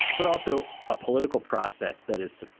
but also a political process, that is,